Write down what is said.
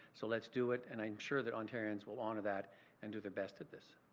so, let's do it and i'm sure that ontarians will honour that and do the best at this.